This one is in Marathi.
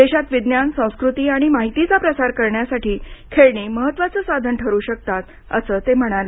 देशात विज्ञान संस्कृती आणि माहितीचा प्रसार करण्यासाठी खेळणी महत्त्वाचं साधन ठरू शकतात असं ते म्हणाले